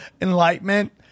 enlightenment